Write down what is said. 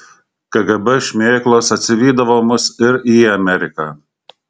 kgb šmėklos atsivydavo mus ir į ameriką